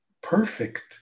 perfect